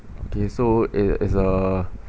okay so it is uh